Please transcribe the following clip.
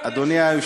וכואב לי איך,